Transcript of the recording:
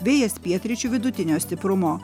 vėjas pietryčių vidutinio stiprumo